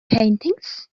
paintings